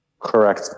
correct